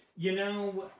you know,